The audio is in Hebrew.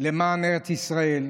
למען ארץ ישראל.